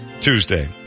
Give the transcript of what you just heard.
Tuesday